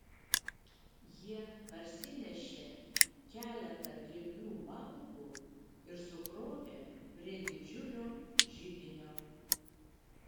jie parsinešė keletą glėbių malkų ir sukrovė prie didžiulio židinio